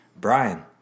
Brian